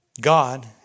God